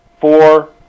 four